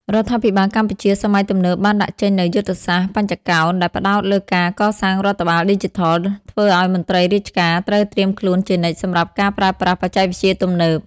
រដ្ឋាភិបាលកម្ពុជាសម័យទំនើបបានដាក់ចេញនូវយុទ្ធសាស្ត្របញ្ចកោណ ដែលផ្ដោតលើការកសាងរដ្ឋបាលឌីជីថល ធ្វើឱ្យមន្ត្រីរាជការត្រូវត្រៀមខ្លួនជានិច្ចសម្រាប់ការប្រើប្រាស់បច្ចេកវិទ្យាទំនើប។